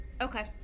Okay